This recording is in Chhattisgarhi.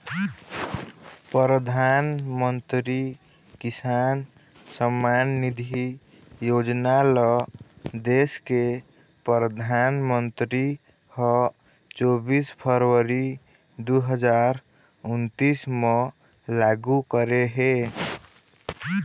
परधानमंतरी किसान सम्मान निधि योजना ल देस के परधानमंतरी ह चोबीस फरवरी दू हजार उन्नीस म लागू करे हे